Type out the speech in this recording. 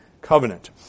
covenant